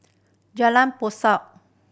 Jalan Basong